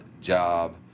job